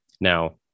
Now